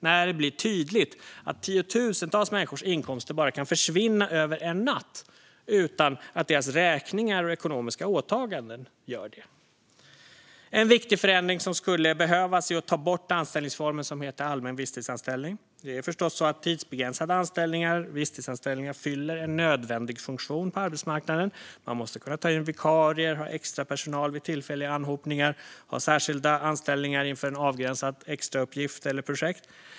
Det har blivit tydligt att tiotusentals människors inkomster bara kan försvinna över en natt utan att deras räkningar och ekonomiska åtaganden i övrigt gör det. En viktig förändring som skulle behövas är att ta bort den anställningsform som heter allmän visstidsanställning. Det är förstås så att tidsbegränsade anställningar, visstidsanställningar, fyller en nödvändig funktion på arbetsmarknaden. Man måste kunna ta in vikarier, ha extrapersonal vid tillfälliga anhopningar och ha särskilda anställningar inför en avgränsad extrauppgift eller projekt.